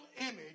image